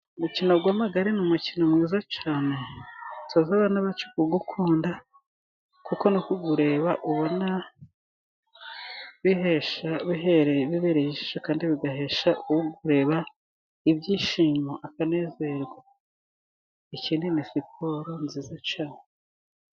Umukino wamagare ni umukino mwiza cyane ndawukunda, kuko no wukureba ubona bibereye ijisho kandi bigahesha ukureba ibyishimo akanezerwa, ikindi ni siporo nziza cyane.